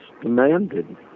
demanded